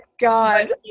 god